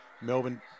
Melbourne